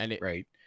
right